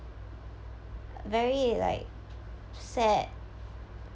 very like sad